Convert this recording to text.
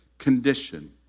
condition